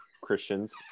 Christians